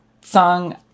song